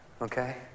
okay